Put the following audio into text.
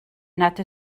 nad